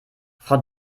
frau